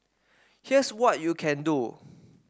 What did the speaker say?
here's what you can do